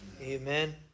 Amen